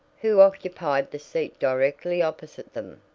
who occupied the seat directly opposite them.